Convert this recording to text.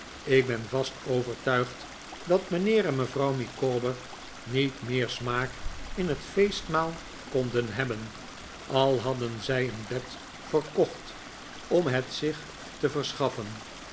ik ben vast overtuigd dat mijnheer en mevrouw micawber niet meer smaak in het feestmaal konden hebben al hadden zij een bed verkocht om het zich te verschaffen